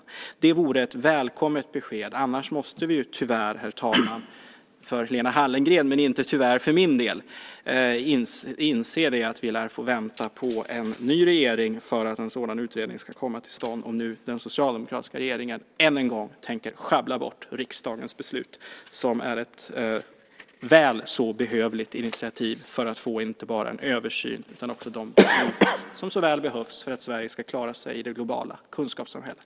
Det vore välkommet med ett positivt besked. Annars måste vi tyvärr - tyvärr för Lena Hallengren, herr talman, men inte tyvärr för min del - inse att vi lär få vänta på en ny regering för att en sådan utredning ska komma till stånd, om nu den socialdemokratiska regeringen än en gång tänker sjabbla bort riksdagens beslut som var ett väl så behövligt initiativ för att få inte bara en översyn utan också de beslut som så väl behövs för att Sverige ska klara sig i det globala kunskapssamhället.